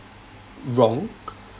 wrong